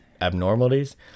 abnormalities